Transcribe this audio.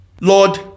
Lord